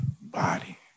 body